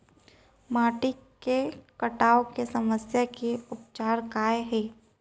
माटी के कटाव के समस्या के उपचार काय हे?